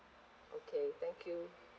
okay thank you